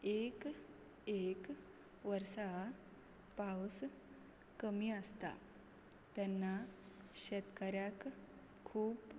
एक एक वर्सां पावस कमी आसता तेन्ना शेतकाऱ्याक खूब